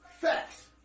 Facts